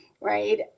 right